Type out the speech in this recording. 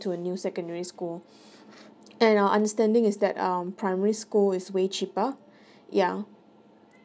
to a new secondary school and our understanding is that um primary school is way cheaper ya